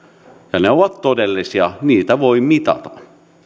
ne ovat todellisia niitä voi mitata